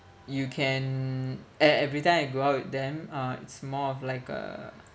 you can e~ every time I go out with them uh it's more of like a